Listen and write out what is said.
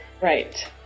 Right